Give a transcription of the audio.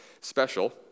special